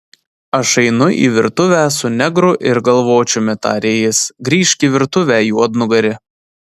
aš einu į virtuvę su negru ir galvočiumi tarė jis grįžk į virtuvę juodnugari